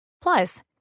Plus